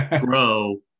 grow